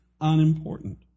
unimportant